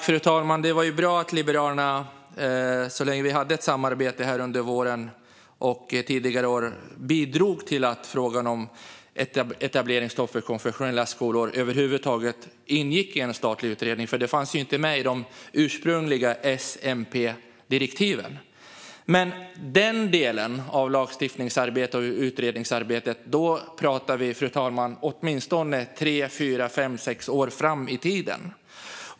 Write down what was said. Fru talman! Det var bra att Liberalerna, så länge vi hade ett samarbete under våren och tidigare år, bidrog till att frågan om etableringsstopp för konfessionella skolor ingick i en statlig utredning. Det fanns nämligen inte med i de ursprungliga S-MP-direktiven. Men när det gäller den delen av lagstiftningsarbetet och utredningsarbetet pratar vi, fru talman, åtminstone om tre, fyra, fem, sex år fram i tiden.